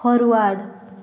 forward